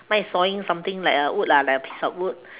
mine is sawing something like a wood lah like a piece of wood